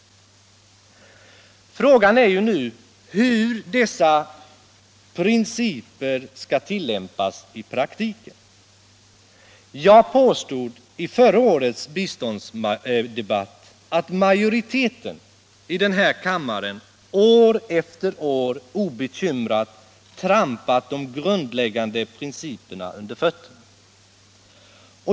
Frågan är nu hur dessa principer skall tillämpas i praktiken. Jag påstod i förra årets biståndsdebatt att majoriteten i den här kammaren år efter år obekymrat trampat de grundläggande principerna under fötterna.